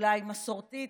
אולי מסורתית,